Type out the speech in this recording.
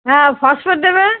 হ্যাঁ ফসফেট দেবে